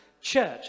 church